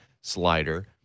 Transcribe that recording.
slider